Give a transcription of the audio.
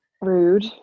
rude